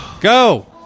Go